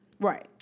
Right